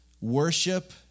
worship